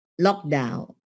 lockdown